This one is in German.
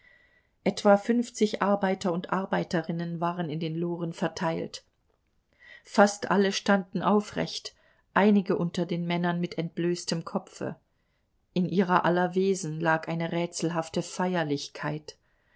etwa fünfzig arbeiter und arbeiterinnen waren in den loren verteilt fast alle standen aufrecht einige unter den männern mit entblößtem kopfe in ihrer aller wesen lag eine rätselhafte feierlichkeit